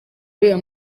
uriya